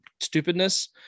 stupidness